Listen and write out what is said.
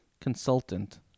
consultant